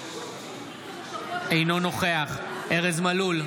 אינו נוכח ארז מלול,